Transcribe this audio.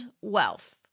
wealth